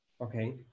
Okay